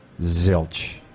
Zilch